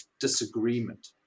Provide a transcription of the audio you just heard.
disagreement